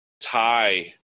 tie